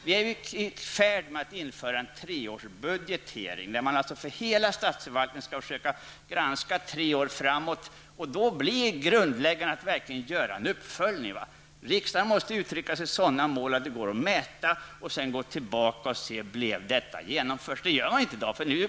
Vi är nu i färd med att införa en treårsbudgetering, där man försöker tre år framåt för hela statsförvaltningen. Då blir det avgörande att verkligen göra en uppföljning. Riksdagen måste uttrycka målen i sådana termer att det går att mäta och att gå tillbaka och se om målen blev uppfyllda. Det gör man inte i dag.